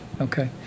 okay